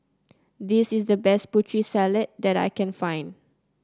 this is the best Putri Salad that I can find